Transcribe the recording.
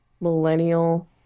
millennial